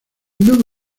nuevo